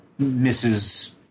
Mrs